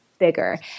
bigger